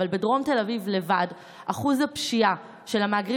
אבל בדרום תל אביב לבד אחוז הפשיעה של המהגרים